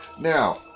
Now